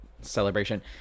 celebration